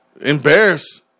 embarrassed